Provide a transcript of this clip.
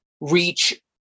reach